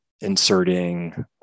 inserting